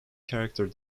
character